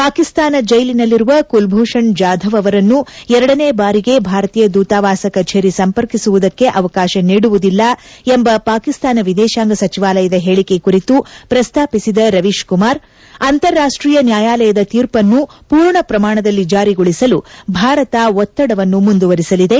ಪಾಕಿಸ್ತಾನ ಜೈಲಿನಲ್ಲಿರುವ ಕುಲ್ಭೂಷಣ್ ಜಾಧವ್ ಅವರನ್ನು ಎರಡನೇ ಭಾರಿಗೆ ಭಾರತೀಯ ಧೂತವಾಸ ಕಚೇರಿ ಸಂಪರ್ಕಿಸುವುದಕ್ಕೆ ಅವಕಾಶ ನೀಡುವುದಿಲ್ಲ ಎಂಬ ಪಾಕಿಸ್ಥಾನ ವಿದೇಶಾಂಗ ಸಚಿವಾಲಯದ ಹೇಳಿಕೆ ಕುರಿತು ಪ್ರಸ್ತಾಪಿಸಿದ ರವೀಶ್ಕುಮಾರ್ ಅಂತಾರಾಷ್ಟೀಯ ನ್ನಾಯಾಲಯದ ತೀರ್ಮನ್ನು ಪೂರ್ಣ ಪ್ರಮಾಣದಲ್ಲಿ ಜಾರಿಗೊಳಿಸಲು ಭಾರತ ಒತ್ತಡವನ್ನು ಮುಂದುವರಿಸಲಿದೆ